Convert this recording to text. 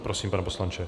Prosím, pane poslanče.